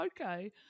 Okay